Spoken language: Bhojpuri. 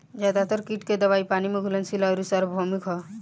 ज्यादातर कीट के दवाई पानी में घुलनशील आउर सार्वभौमिक ह?